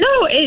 No